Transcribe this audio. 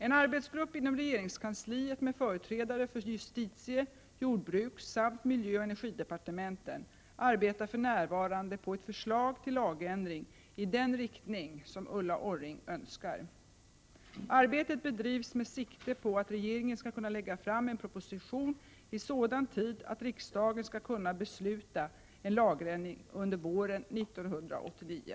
En arbetsgrupp inom regeringskansliet med företrädare för justitie-, jordbrukssamt miljöoch energidepartementen arbetar för närvarande på ett förslag till lagändring i den riktning som Ulla Orring önskar. Arbetet bedrivs med sikte på att regeringen skall kunna lägga fram en proposition i sådan tid att riksdagen skall kunna besluta om en lagändring under våren 1989.